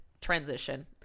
transition